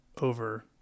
over